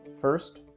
First